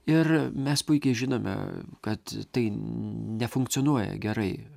ir mes puikiai žinome kad tai nefunkcionuoja gerai